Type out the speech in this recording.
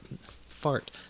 fart